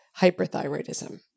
hyperthyroidism